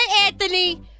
Anthony